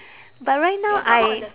but right now I